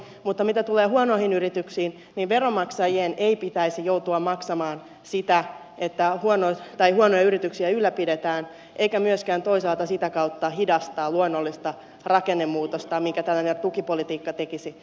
mutta mitä tulee huonoihin yrityksiin niin veronmaksajien ei pitäisi joutua maksamaan sitä että huonoja yrityksiä ylläpidetään eikä myöskään toisaalta sitä kautta hidastaa luonnollista rakennemuutosta minkä tällainen tukipolitiikka tekisi